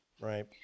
right